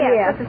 yes